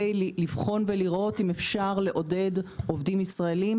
לבחון האם אפשר לעודד עובדים ישראלים,